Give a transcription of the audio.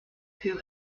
who